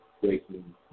breaking